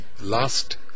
last